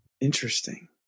Interesting